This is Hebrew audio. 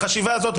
החשיבה הזאת,